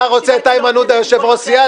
אתה רוצה את איימן עודה יושב-ראש סיעה,